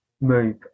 move